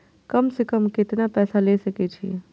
कम से कम केतना पैसा ले सके छी?